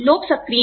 लोग सक्रिय हैं